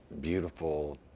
beautiful